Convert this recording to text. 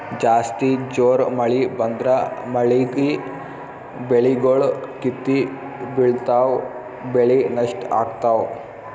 ಜಾಸ್ತಿ ಜೋರ್ ಮಳಿ ಬಂದ್ರ ಮಳೀಗಿ ಬೆಳಿಗೊಳ್ ಕಿತ್ತಿ ಬಿಳ್ತಾವ್ ಬೆಳಿ ನಷ್ಟ್ ಆಗ್ತಾವ್